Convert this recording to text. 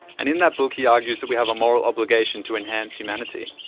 and in that book he argues that we have a moral obligation to enhance humanity.